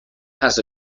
has